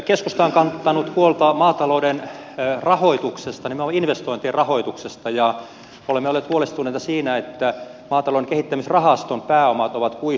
keskusta on kantanut huolta maatalouden rahoituksesta nimenomaan investoin tien rahoituksesta ja olemme olleet huolestuneita siitä että maatalouden kehittämisrahaston pääomat ovat kuihtumassa